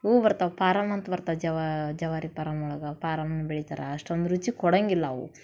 ಇವು ಬರ್ತಾವೆ ಪಾರಮ್ ಅಂತ ಬರ್ತಾವೆ ಜವಾ ಜವಾರಿ ಪಾರಮ್ ಒಳಗೆ ಪಾರಮನ್ನು ಬೆಳಿತರೆ ಅಷ್ಟೊಂದು ರುಚಿ ಕೊಡಂಗಿಲ್ಲ ಅವು